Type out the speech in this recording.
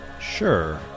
Sure